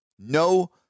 No